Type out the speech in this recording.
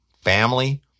Family